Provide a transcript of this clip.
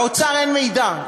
לאומר אין מידע.